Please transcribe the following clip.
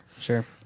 Sure